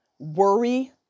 worry